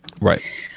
Right